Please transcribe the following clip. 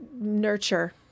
nurture